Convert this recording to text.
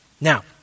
Now